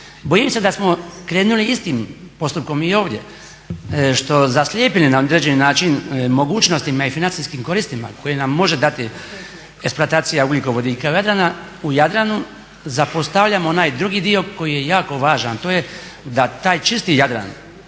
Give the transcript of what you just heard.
Bojim se da smo krenuli istim postupkom i ovdje što zaslijepljeni na određeni način mogućnostima i financijskim koristima koje nam može dati eksploatacija ugljikovodika u Jadranu, zapostavljamo onaj drugi dio koji je jako važan a to je da taj čisti Jadran